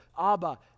Abba